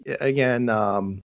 again